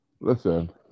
Listen